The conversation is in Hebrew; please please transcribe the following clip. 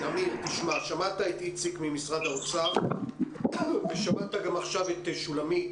שמעת את איציק ממשרד האוצר ושמעת גם את שולמית,